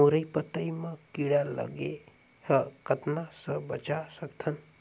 मुरई पतई म कीड़ा लगे ह कतना स बचा सकथन?